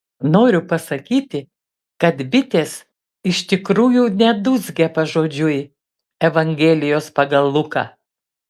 noriu pasakyti kad bitės iš tikrųjų nedūzgė pažodžiui evangelijos pagal luką